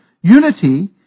Unity